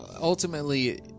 ultimately